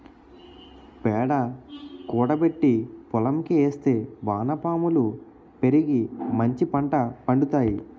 పేడ కూడబెట్టి పోలంకి ఏస్తే వానపాములు పెరిగి మంచిపంట పండుతాయి